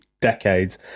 decades